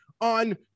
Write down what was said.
on